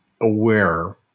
aware